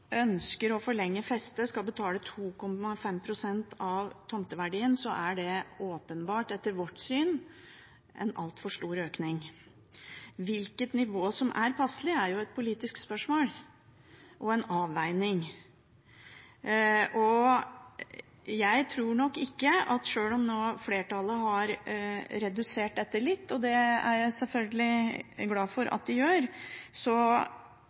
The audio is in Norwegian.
ønsker å forlenge festet, skal betale 2,5 pst. av tomteverdien, er det åpenbart, etter vårt syn, en altfor stor økning. Hvilket nivå som er passelig, er jo et politisk spørsmål og en avveining. Jeg er nok redd for, selv om flertallet nå har redusert dette litt – og det er jeg selvfølgelig glad for at de gjør